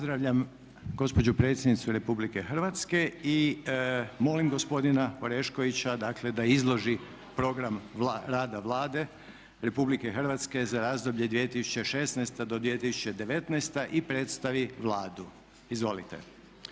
Pozdravljam gospođu predsjednicu Republike Hrvatske i molim gospodina Oreškovića dakle da izloži program rada Vlade Republike Hrvatske za razdoblje 2016.-2019. i predstavi Vladu. Izvolite.